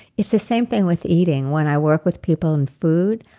it's the same thing with eating. when i work with people in food,